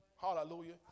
Hallelujah